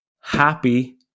Happy